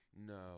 No